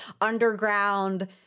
underground